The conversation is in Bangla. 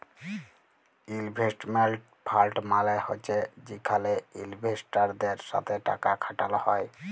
ইলভেস্টমেল্ট ফাল্ড মালে হছে যেখালে ইলভেস্টারদের সাথে টাকা খাটাল হ্যয়